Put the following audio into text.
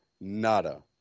nada